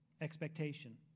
expectation